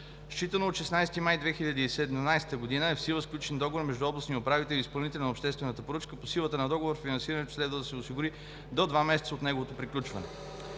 Считано от 16 май 2017 г. е в сила сключен договор между областния управител и изпълнителя на обществената поръчка. По силата на договор, финансирането следва да се осигури до два месеца от неговото приключване.